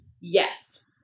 yes